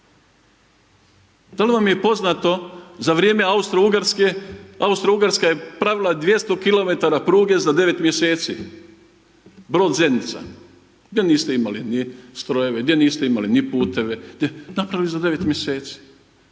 Da li vam je poznato za vrijeme Austrougarske, Austrougarska je pravila 200 km pruge za 9 mjeseci, Brod – Zenica, gdje niste imali ni strojeve, gdje niste imali ni puteve, napravili za 9 mjeseci.